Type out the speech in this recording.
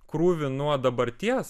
krūvį nuo dabarties